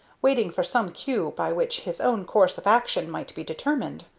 waiting for some cue by which his own course of action might be determined.